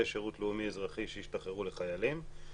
שירות לאומי אזרחי שהשתחררו לחיילים.